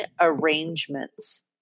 arrangements